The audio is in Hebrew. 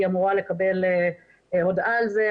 היא אמורה לקבל הודעה על זה.